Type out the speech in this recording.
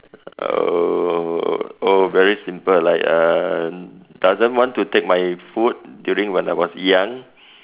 uh oh very simple like uh doesn't want to take my food during when I was young